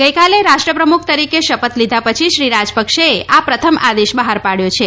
ગઇકાલે રાષ્ટ્રપ્રમુખ તરીકે શપથ લીધા પછી શ્રી રાજપક્ષેએ આ પ્રથમ આદેશ બહાર પાડથો છે